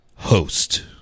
host